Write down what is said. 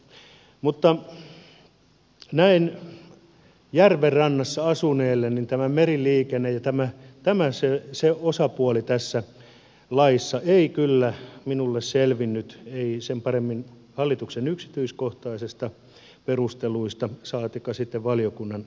näin järven rannassa asuneelle ei kyllä selvinnyt meriliikenne ja se osapuoli tässä laissa ei sen paremmin hallituksen yksityiskohtaisista perusteluista kuin sitten valiokunnan kannoista